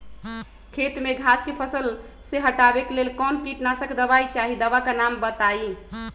खेत में घास के फसल से हटावे के लेल कौन किटनाशक दवाई चाहि दवा का नाम बताआई?